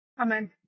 Amen